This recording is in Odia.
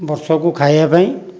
ବର୍ଷକୁ ଖାଇବା ପାଇଁ